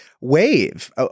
wave